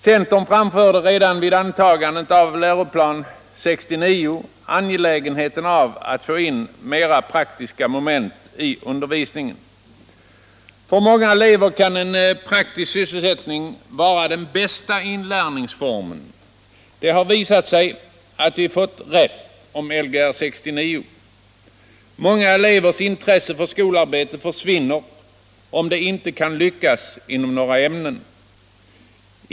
Centern framförde redan vid antagandet av grundskolans läroplan 1969 angelägenheten av att få in mera praktiska moment i undervisningen. För många elever kan en praktisk sysselsättning vara den bästa inlärningsformen. Det har visat sig att vi fått rätt om Lgr 69. Många elevers intresse för skolarbete försvinner om de inte kan lyckas inom några ämnen.